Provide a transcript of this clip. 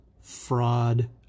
fraud